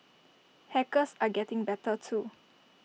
hackers are getting better too